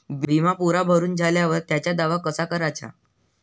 बिमा पुरा भरून झाल्यावर त्याचा दावा कसा कराचा?